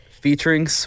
featuring